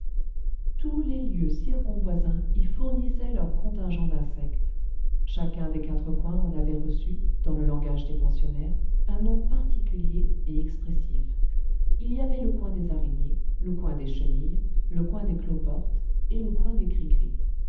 tous les lieux circonvoisins y fournissaient leur contingent d'insectes chacun des quatre coins en avait reçu dans le langage des pensionnaires un nom particulier et expressif il y avait le coin des araignées le coin des chenilles le coin des cloportes et le coin des cricris